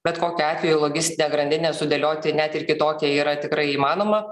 bet kokiu atveju logistinę grandinę sudėlioti net ir kitokią yra tikrai įmanoma